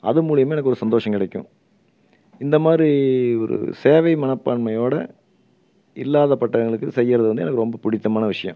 அது மூலியுமாக எனக்கு ஒரு சந்தோஷம் கிடைக்கும் இந்த மாதிரி ஒரு சேவை மனப்பான்மையோட இல்லாத பட்டவிங்களுக்கு செய்யறது வந்து எனக்கு ரொம்ப புடித்தமான விஷயோம்